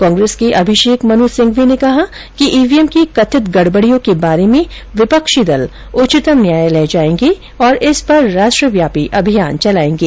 कांग्रेस के अभिषेक मनु सिंघवी ने कहा कि ईवीएम की कथित गडबडियों के बारे में विपक्षी दल उच्चतम न्यायालय जायेंगे और इस पर राष्ट्रव्यापी अभियान चलायेंगे